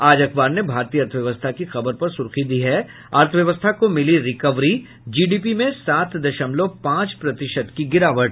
आज अखबार ने भारतीय अर्थव्यवस्था की खबर पर सुर्खी दी है अर्थव्यवस्था को मिली रिकवरी जीडीपी में सात दशमलव पांच प्रतिशत की गिरावट